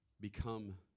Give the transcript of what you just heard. become